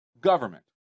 government